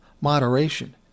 moderation